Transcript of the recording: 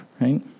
right